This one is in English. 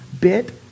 Bit